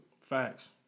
Facts